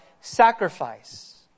sacrifice